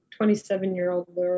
27-year-old